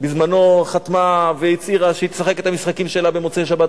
בזמנו חתמה והצהירה שהיא תשחק את המשחקים שלה במוצאי שבת,